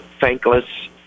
thankless